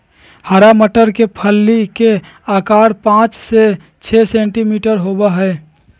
हरा मटर के फली के आकार पाँच से छे सेंटीमीटर होबा हई